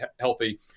healthy